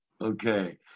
Okay